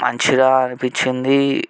మంచిగా అనిపిచ్చింది